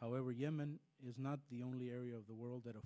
however yemen is not the only area of the world that a